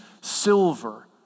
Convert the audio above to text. silver